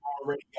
already